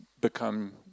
become